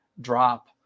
drop